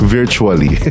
Virtually